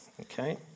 okay